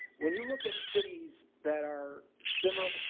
when you look at cities that are similar, ah,